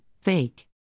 Fake